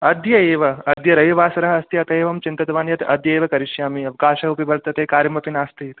अद्य एव अद्य रविवासरः अस्ति अत एवं चिन्तितवान् यत् अद्य एव करिष्यामि अवकाशोऽपि वर्तते कार्यमपि नास्ति